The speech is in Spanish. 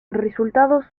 resultados